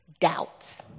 doubts